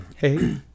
Hey